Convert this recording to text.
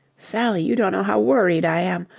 sally, you don't know how worried i am.